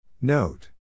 Note